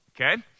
okay